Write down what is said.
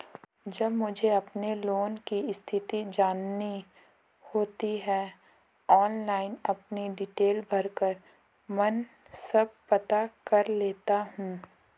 जब मुझे अपने लोन की स्थिति जाननी होती है ऑनलाइन अपनी डिटेल भरकर मन सब पता कर लेता हूँ